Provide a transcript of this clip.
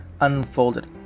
Unfolded